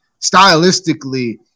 stylistically